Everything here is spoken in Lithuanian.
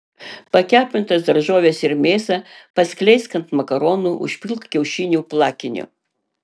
pakepintas daržoves ir mėsą paskleisk ant makaronų užpilk kiaušinių plakiniu